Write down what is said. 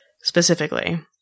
specifically